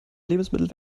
lebensmittel